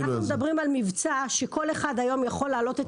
אנחנו מדברים על מבצע שכל אחד היום יכול להעלות את